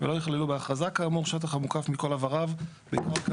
ולא יכללו בהכרזה כאמור שטח המוקף מכל ערביו בקרקע